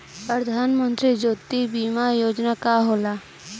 प्रधानमंत्री जीवन ज्योति बीमा योजना का होला?